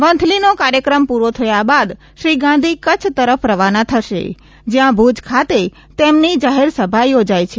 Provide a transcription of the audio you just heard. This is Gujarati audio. વંથલીનો કાર્યક્રમ પૂરો થયા બાદ શ્રી ગાંધી કચ્છ તરફ રવાના થશે જયાં ભૂજ ખાતે તેમની જાહેરસભા યોજાઇ છે